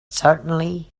certainly